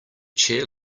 chair